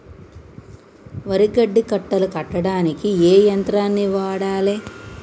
వరి గడ్డి కట్టలు కట్టడానికి ఏ యంత్రాన్ని వాడాలే?